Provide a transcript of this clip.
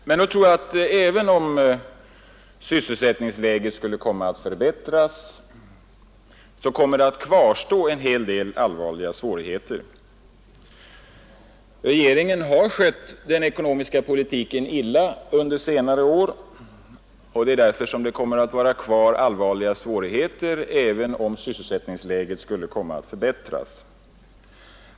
Men om också sysselsättningsläget skulle komma att förbättras kvarstår ändå en del allvarliga svårigheter. Regeringen har under senare år skött den ekonomiska politiken illa, och därför kommer det att kvarstå allvarliga svårigheter även om sysselsättningsläget förbättras.